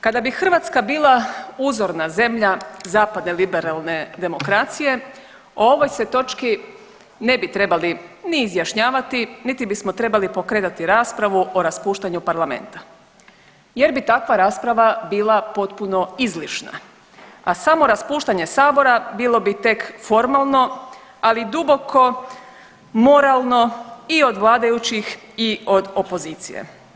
Kada bi Hrvatska bila uzorna zemlja zapadne liberalne demokracije o ovoj se točki ne bi trebali ni izjašnjavati niti bismo trebali pokretati raspravu o raspuštanju Parlamenta jer bi takva rasprava bila potpuno izlišna a samo raspuštanje Sabora bilo bi tek formalno, ali duboko moralno i od vladajućih i od opozicije.